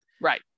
Right